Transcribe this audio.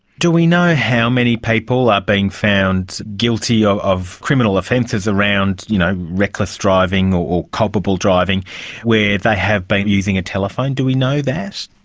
do we know how many people are being found guilty of of criminal offences around you know reckless driving or culpable driving where they have been using a telephone? do we know that?